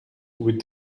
with